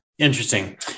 Interesting